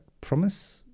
promise